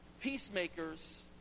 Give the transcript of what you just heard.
Peacemakers